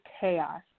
chaos